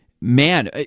man